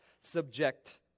subject